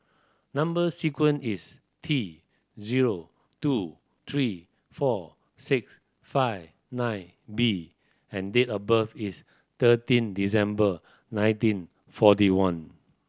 number sequence is T zero two three four six five nine B and date of birth is thirteen December nineteen forty one